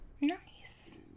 Nice